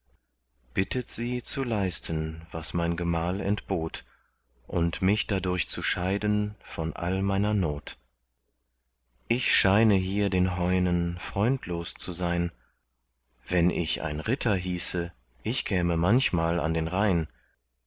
bittet sie zu leisten was mein gemahl entbot und mich dadurch zu scheiden von all meiner not ich scheine hier den heunen freundlos zu sein wenn ich ein ritter hieße ich käme manchmal an den rhein